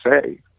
say